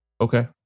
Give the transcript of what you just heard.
Okay